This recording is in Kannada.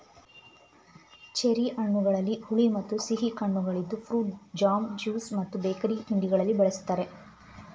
ಚೆರ್ರಿ ಹಣ್ಣುಗಳಲ್ಲಿ ಹುಳಿ ಮತ್ತು ಸಿಹಿ ಕಣ್ಣುಗಳಿದ್ದು ಫ್ರೂಟ್ ಜಾಮ್, ಜ್ಯೂಸ್ ಮತ್ತು ಬೇಕರಿ ತಿಂಡಿಗಳಲ್ಲಿ ಬಳ್ಸತ್ತರೆ